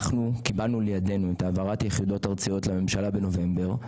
אנחנו קיבלנו לידינו את העברת היחידות הארציות לממשלה בנובמבר,